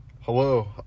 Hello